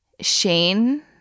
Shane